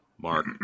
Mark